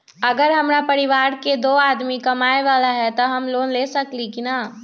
अगर हमरा परिवार में दो आदमी कमाये वाला है त हम लोन ले सकेली की न?